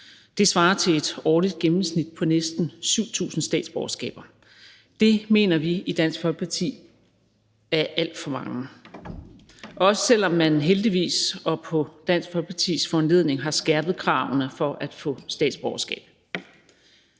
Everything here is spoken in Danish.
Det svarer til et årligt gennemsnit på næsten 7.000 statsborgerskaber. Det mener vi i Dansk Folkeparti er alt for mange, også selv om man heldigvis og på Dansk Folkepartis foranledning har skærpet kravene til at få statsborgerskab.